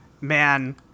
Man